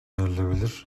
verilebilir